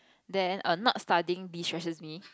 then err not studying destresses me